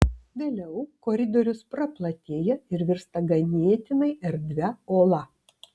vėliau koridorius praplatėja ir virsta ganėtinai erdvia ola